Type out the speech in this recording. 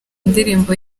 indirimbo